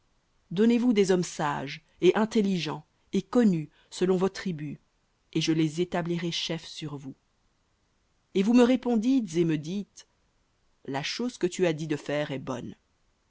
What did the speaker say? donnez-vous des hommes sages et intelligents et connus selon vos tribus et je les établirai chefs sur vous et vous me répondîtes et dîtes la chose que tu as dit de faire est bonne